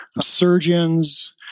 surgeons